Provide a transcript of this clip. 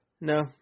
No